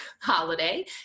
holiday